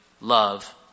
love